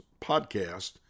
podcast